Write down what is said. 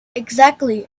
exactly